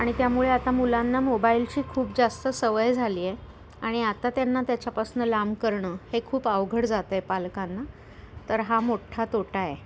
आणि त्यामुळे आता मुलांना मोबाईलची खूप जास्त सवय झाली आहे आणि आता त्यांना त्याच्यापासून लांब करणं हे खूप अवघड जात आहे पालकांना तर हा मोठा तोटा आहे